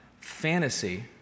fantasy